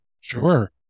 Sure